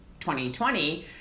2020